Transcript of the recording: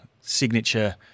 signature